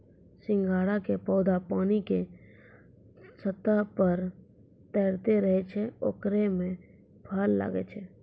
सिंघाड़ा के पौधा पानी के सतह पर तैरते रहै छै ओकरे मॅ फल लागै छै